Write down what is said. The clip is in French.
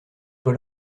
paul